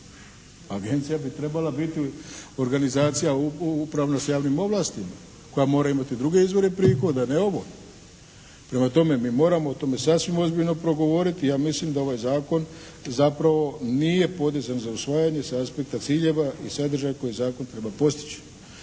Agencija bi trebala biti organizacija, uprava sa javnim ovlastima koja mora imati druge izvore prihoda, ne ovo. Prema tome, mi moramo o tome sasvim ozbiljno progovoriti i ja mislim da ovaj zakon zapravo nije …/Govornik se ne razumije./… za usvajanje sa aspekta ciljeva i sadržaja koje zakon treba postići.